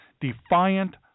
defiant